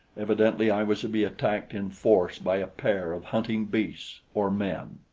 evidently i was to be attacked in force by a pair of hunting beasts or men.